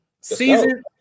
Season